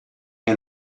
and